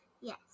Yes